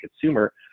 consumer